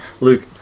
Luke